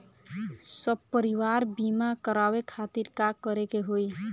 सपरिवार बीमा करवावे खातिर का करे के होई?